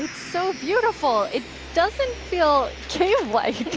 so beautiful! it doesn't feel cave-like.